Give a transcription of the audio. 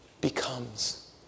becomes